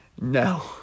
No